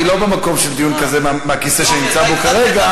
אני לא במקום של דיון כזה מהכיסא שאני נמצא בו כרגע,